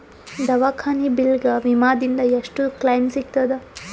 ದವಾಖಾನಿ ಬಿಲ್ ಗ ವಿಮಾ ದಿಂದ ಎಷ್ಟು ಕ್ಲೈಮ್ ಸಿಗತದ?